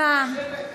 לא, לא, זאת טעות שלי.